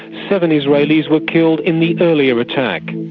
seven israelis were killed in the earlier attack.